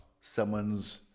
someone's